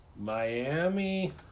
Miami